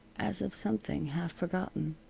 as of something half forgotten.